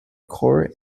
court